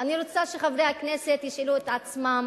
אני רוצה שחברי הכנסת ישאלו את עצמם